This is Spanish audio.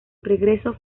regreso